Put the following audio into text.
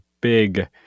big